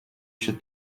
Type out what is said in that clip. się